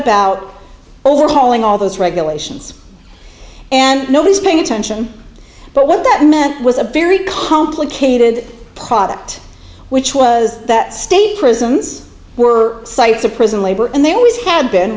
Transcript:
about overhauling all those regulations and nobody's paying attention but what that meant was a very complicated product which was that state prisons were sites of prison labor and they always had been